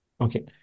Okay